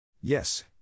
Yes